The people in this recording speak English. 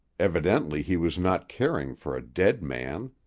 evidently he was not caring for a dead man.